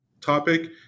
topic